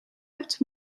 hebt